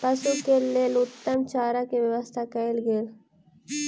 पशु के लेल उत्तम चारा के व्यवस्था कयल गेल